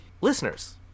Listeners